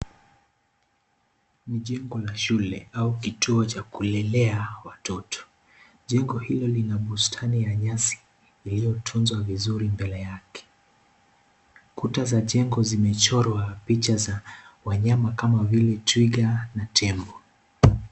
Ni jengo la shule au kituo cha kulelea watoto jengo hilo lina bustani ya nyasi iliyotunzwa vizuri mbele yake kuta za jengo zimechorwa picha za wanyama kama vile twiga na tembo.